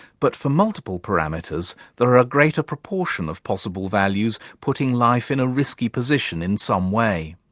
but for multiple parameters there are a greater proportion of possible values putting life in a risky position in some way.